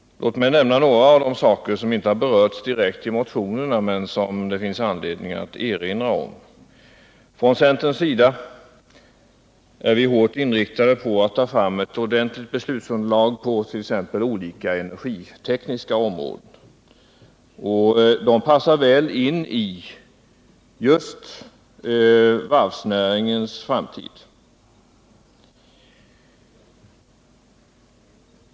Låt mig då nämna några av de saker som inte har berörts direkt i motionerna men som det finns anledning att erinra om. Vi är i centerpartiet hårt inriktade på att ta fram ett ordentligt beslutsunderlag på t.ex. olika energitekniska områden. De passar också väl in i just varvsnäringens framtid.